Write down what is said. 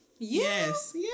Yes